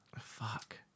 Fuck